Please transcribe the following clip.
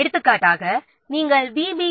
எடுத்துக்காட்டாக நாம் விபி